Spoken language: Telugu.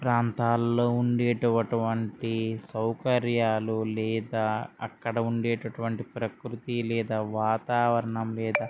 ప్రాంతాల్లో ఉండేటటువంటి సౌకర్యాలు లేదా అక్కడ ఉండేటటువంటి ప్రకృతి లేదా వాతావరణం లేదా